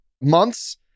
months